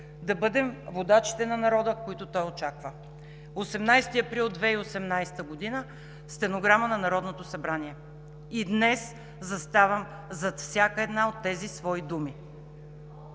да бъдем водачите на народа, които той очаква.“ 18 април 2018 г. – стенограма на Народното събрание. И днес заставам зад всяка една от тези свои думи.